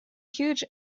huge